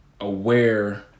aware